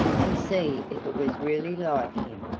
and see if it was really like him,